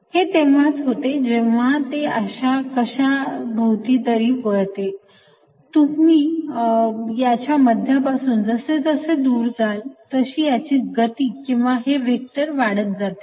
हे तेव्हाच होते जेव्हा हे असे कशा भवती तरी वळते तुम्ही याच्या मध्यापासून जसजसे दूर जाल तशी याची गती किंवा हे व्हेक्टर वाढत जाते